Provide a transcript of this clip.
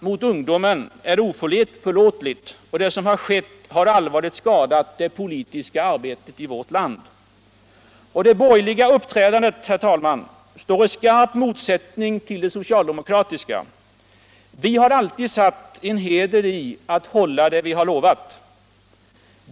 mot ungdomen, är oförlåtligt. Det som skoett har allvarhet skadat det poliiska arbetet i vårt tand. Detr borgerliga uppträdandet står i skarp motsäutning ull det socialdemokratiska. Vi har alluid satt en heder i att hålla det vi lovat.